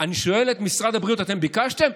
אני שואל את משרד הבריאות: אתם ביקשתם?